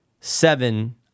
Seven